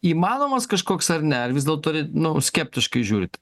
įmanomas kažkoks ar ne ar vis dėlto nu skeptiškai žiūrit